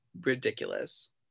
ridiculous